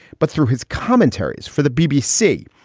but through his commentaries for the bbc,